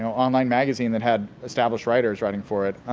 so online magazine that had established writers writing for it.